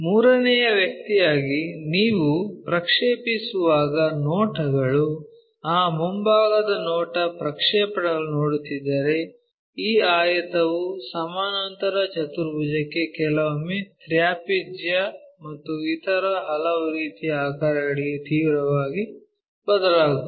ಮೂರನೆಯ ವ್ಯಕ್ತಿಯಾಗಿ ನೀವು ಪ್ರಕ್ಷೇಪಿಸುವಾಗ ನೋಟಗಳು ಆ ಮುಂಭಾಗದ ನೋಟ ಪ್ರಕ್ಷೇಪಣಗಳನ್ನು ನೋಡುತ್ತಿದ್ದರೆ ಈ ಆಯತವು ಸಮಾನಾಂತರ ಚತುರ್ಭುಜಕ್ಕೆ ಕೆಲವೊಮ್ಮೆ ತ್ರಾಪಿಜ್ಯ ಮತ್ತು ಇತರ ಹಲವು ರೀತಿಯ ಆಕಾರಗಳಿಗೆ ತೀವ್ರವಾಗಿ ಬದಲಾಗುತ್ತದೆ